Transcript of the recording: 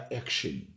action